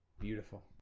Beautiful